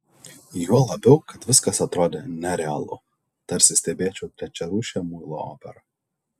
juo labiau kad viskas atrodė nerealu tarsi stebėčiau trečiarūšę muilo operą